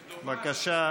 בבקשה.